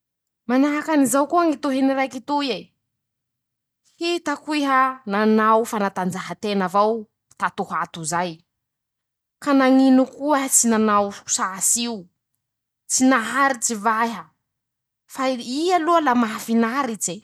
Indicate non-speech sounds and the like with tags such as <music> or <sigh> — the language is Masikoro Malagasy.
Manahaky anizao koa ñy tohiny raiky toy e: -"Hitako iha nanao fanatanjahantena avao tato ho ato zay <shushes> ,ka nañino ko'eha tsy nanao sasy io ?tsy naharitsy va eha? Fa i aloha la mahafinaritse."